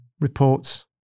reports